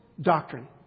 doctrine